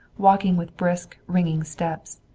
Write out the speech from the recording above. walking with brisk ringing steps.